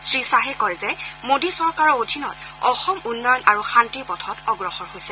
শ্ৰীশ্বাহে কয় যে মোদী চৰকাৰৰ অধীনত অসম উন্নয়ন আৰু শান্তিৰ পথত অগ্ৰসৰ হৈছে